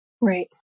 Right